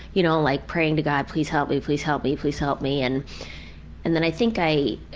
you know, like praying to god please help me, please help me, please help me. and and then i think i